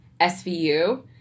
SVU